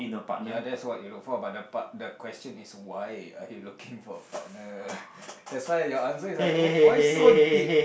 ya that's what you look for but the part the question is why are you looking for a partner that's why answer is like oh why so deep